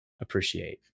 appreciate